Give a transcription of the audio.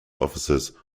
officers